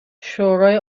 شورای